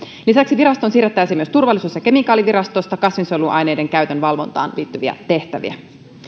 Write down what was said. lisäksi virastoon siirrettäisiin myös turvallisuus ja kemikaalivirastosta kasvinsuojeluaineiden käytön valvontaan liittyviä tehtäviä